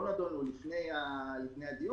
לא נדונו לפני הדיון,